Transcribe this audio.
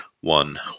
One